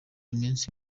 iminsi